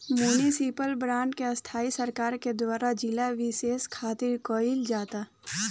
municipal bond स्थानीय सरकार के द्वारा जिला बिशेष खातिर कईल जाता